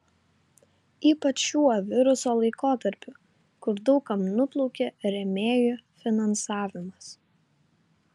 ypač šiuo viruso laikotarpiu kur daug kam nuplaukė rėmėjų finansavimas